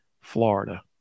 Florida